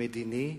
המדיני,